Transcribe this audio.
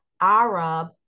Arab